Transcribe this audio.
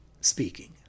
speaking